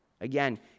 Again